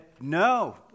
no